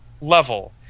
level